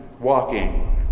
walking